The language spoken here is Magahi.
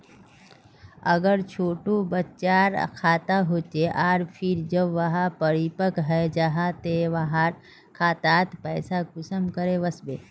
अगर छोटो बच्चार खाता होचे आर फिर जब वहाँ परिपक है जहा ते वहार खातात पैसा कुंसम करे वस्बे?